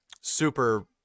super